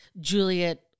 Juliet